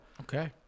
Okay